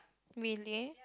really